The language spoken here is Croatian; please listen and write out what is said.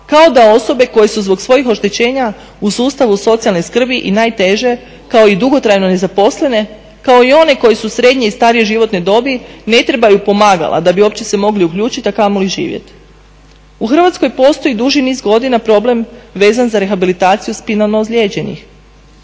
kao da osobe koje su zbog svojih oštećenja u sustavu socijalne skrbi i najteže kako i dugotrajno nezaposlene, kao i one koje su srednje i starije životne dobi ne trebaju pomagala da bi uopće se mogli uključiti a kamoli živjet. U Hrvatskoj postoji duži niz godina problem vezan za rehabilitaciju spinalno ozlijeđenih.